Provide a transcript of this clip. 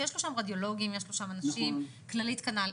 שיש לו שם רדיולוגים, יש לו שם אנשים, כללית כנ"ל.